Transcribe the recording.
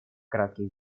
кратких